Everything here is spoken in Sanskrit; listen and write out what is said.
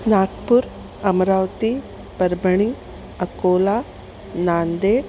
नागपुर् अमरावती पर्बणि अकोला नान्देड्